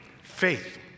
faith